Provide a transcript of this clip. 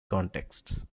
contexts